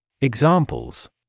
Examples